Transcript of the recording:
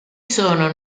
sono